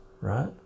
right